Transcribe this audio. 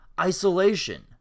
Isolation